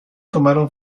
tomaron